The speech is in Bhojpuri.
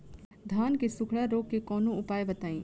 धान के सुखड़ा रोग के कौनोउपाय बताई?